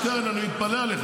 שטרן, אני מתפלא עליך.